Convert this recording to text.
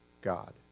God